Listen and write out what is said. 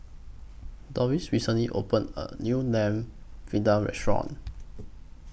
Dorris recently opened A New Lamb Vindaloo Restaurant